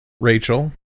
Rachel